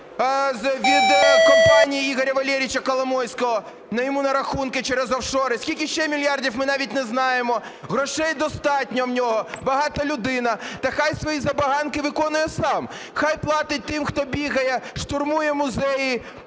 від компанії Ігоря Валерійовича Коломойського йому на рахунки через офшори. Скільки ще мільярдів – ми навіть не знаємо. Грошей достатньо в нього, багата людина. Та хай свої забаганки виконує сам, хай платить тим, хто бігає, штурмує музеї,